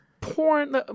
porn